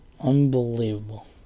Unbelievable